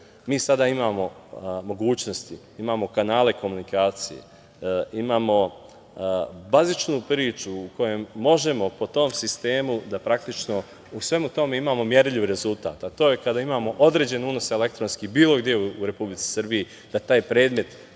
sada imamo mogućnosti, imamo kanale komunikacije. Imamo bazičnu priču u kojoj možemo po tom sistemu da praktično u svemu tome imamo merljiv rezultat, a to je kada imamo određen unos elektronski bilo gde u Republici Srbiji da taj predmet